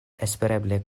espereble